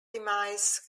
demise